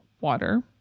water